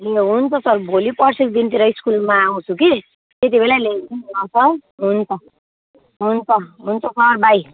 ए हुन्छ सर भोलि पर्सीको दिनतिर स्कुलमा आउँछु कि त्यति बेलै ल्याइदिन्छु नि ल सर हुन्छ हुन्छ हुन्छ सर बाई